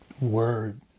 word